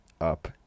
up